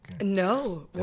No